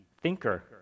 thinker